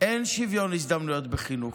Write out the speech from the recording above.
אין שוויון הזדמנויות בחינוך.